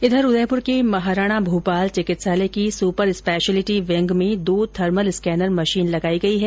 इधर उदयपुर के महाराणा भूपाल चिकित्सालय की सुपर स्पेशलिटी विंग में दो थर्मल स्कैनर मशीन लगायी गयी है